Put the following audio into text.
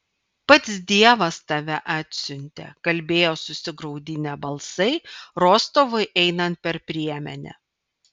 pats dievas tave atsiuntė kalbėjo susigraudinę balsai rostovui einant per priemenę